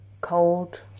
Cold